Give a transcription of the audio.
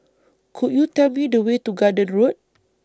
Could YOU Tell Me The Way to Garden Road